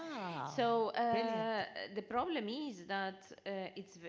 so the problem is that it is,